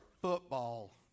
football